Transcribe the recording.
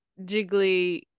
Jiggly